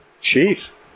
Chief